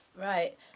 Right